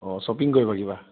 অঁ শ্বপিং কৰিবা কিবা